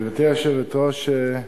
גברתי היושבת-ראש,